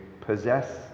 possess